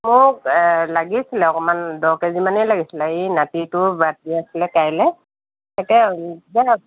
মোক লাগিছিল অকণমান দহ কেজিমানেই লাগিছিলে এই নাতিটোৰ বাৰ্থডে' আছিলে কাইলৈ তাকে